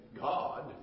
God